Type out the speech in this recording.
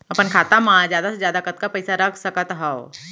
अपन खाता मा जादा से जादा कतका पइसा रख सकत हव?